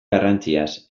garrantziaz